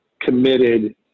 committed